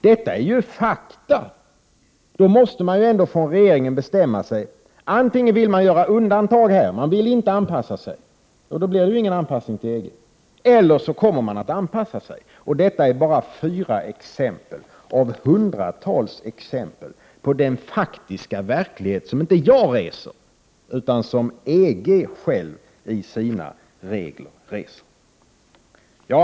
Detta är fakta. Därför måste regeringen bestämma sig. Antingen vill man göra undantag, dvs. man vill inte anpassa sig. Då blir det ingen anpassning till EG. Eller också kommer man att anpassa sig. Detta är bara fyra exempel av hundratals på den faktiska verklighet som inte i första hand jag, utan som EG själv i sina regler aktualiserat.